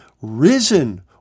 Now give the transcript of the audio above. risen